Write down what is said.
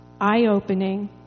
eye-opening